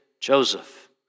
Joseph